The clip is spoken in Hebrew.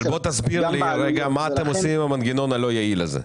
אבל בוא תסביר לי מה אתם עושים עם המנגנון הלא יעיל הזה?